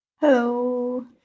Hello